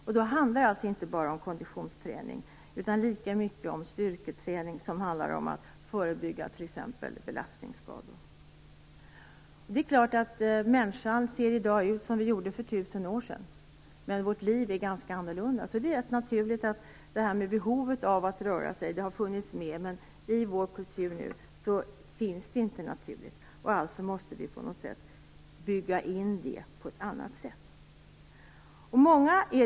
Det handlar då inte bara om konditionsträning utan lika mycket om styrketräning för att förebygga t.ex. belastningsskador. Människan av i dag ut ser ut som hon gjorde för tusen år sedan, men hennes liv har blivit ganska annorlunda. Behovet av att röra sig har bestått, men i vår nuvarande kultur är det inte naturligt inbyggt, och vi måste därför tillgodose det på ett annat sätt än tidigare.